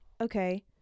okay